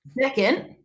Second